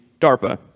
DARPA